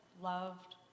loved